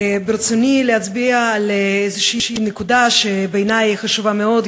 ברצוני להצביע על איזושהי נקודה שבעיני היא חשובה מאוד,